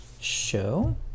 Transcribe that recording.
show